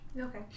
Okay